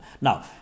Now